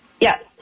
Yes